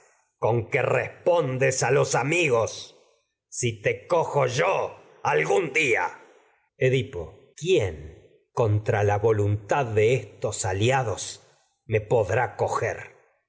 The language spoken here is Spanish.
ya conocerás las palabras con que si te cojo yo algún día respondes a los ami gos edipo quién contra la voluntad de estos alia dos me podrá coger